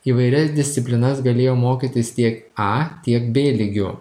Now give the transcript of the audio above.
įvairias disciplinas galėjo mokytis tiek a tiek b lygiu